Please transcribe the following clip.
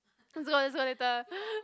let's go let's go later